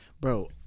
bro